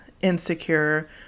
insecure